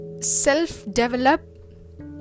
self-develop